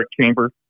chamber